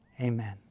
Amen